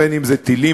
בין אם זה טילים,